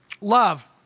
Love